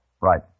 Right